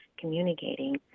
communicating